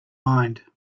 mind